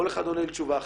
כל אחד עונה תשובה אחרת.